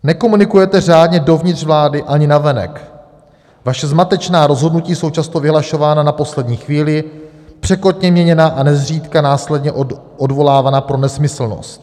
Nekomunikujete řádně dovnitř vlády ani navenek, vaše zmatečná rozhodnutí jsou často vyhlašována na poslední chvíli, překotně měněna a nezřídka následně odvolávána pro nesmyslnost.